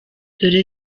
dore